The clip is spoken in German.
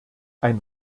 ein